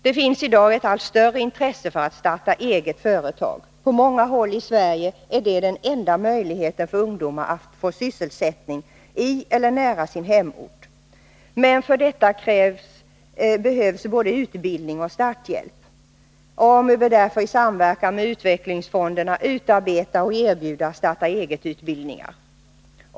Det finns i dag ett allt större intresse för att starta ett eget företag. På många håll i Sverige är det enda möjligheten för ungdomar att få sysselsättning i eller nära sin hemort. Men för detta behövs både utbildning och starthjälp. AMU bör därför i samverkan med utvecklingsfonderna utarbeta och erbjuda ”starta eget”-utbildningar.